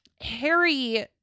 Harry